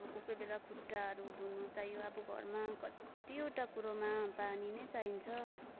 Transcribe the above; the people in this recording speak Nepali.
अब कोही कोही खुट्टाहरू धुनु चाहियो अब घरमा कतिवटा कुरोमा पानी नै चाहिन्छ